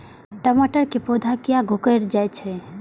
टमाटर के पौधा किया घुकर जायछे?